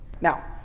Now